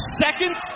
second